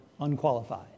unqualified